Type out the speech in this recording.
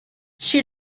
she